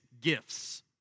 gifts